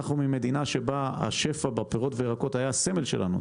שפע פירות וירקות היה הסמל שלנו,